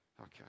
Okay